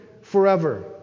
forever